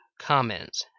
comments